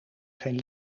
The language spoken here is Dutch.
geen